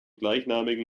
gleichnamigen